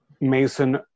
Mason